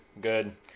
good